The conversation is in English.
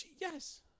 Yes